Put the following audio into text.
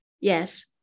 yes